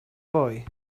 boy